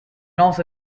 also